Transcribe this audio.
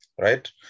right